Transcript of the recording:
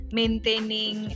maintaining